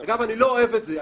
גם אני לא אוהב את זה.